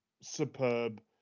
superb